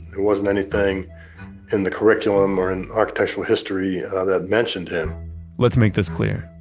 it wasn't anything in the curriculum or in architectural history that mentioned him let's make this clear.